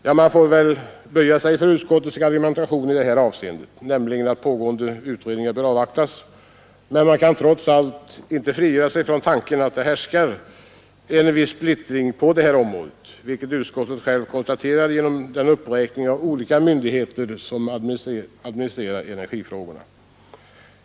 Ja, man får väl böja sig för utskottets argumentation i det här avseendet, nämligen att pågående utredningar bör avvaktas, men man kan trots allt inte frigöra sig från tanken att det härskar en betydande splittring på det här området, vilket utskottet självt har konstaterat genom den uppräkning av olika myndigheter som för närvarande administrerar energifrågorna.